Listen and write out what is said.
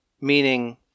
Meaning